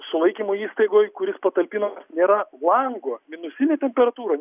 sulaikymo įstaigoj kur jis patalpinamas nėra lango minusinė temperatūra